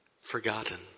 forgotten